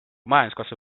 majanduskasvu